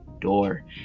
door